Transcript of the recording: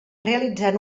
realitzant